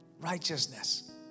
righteousness